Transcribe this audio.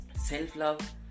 Self-love